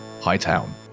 Hightown